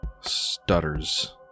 stutters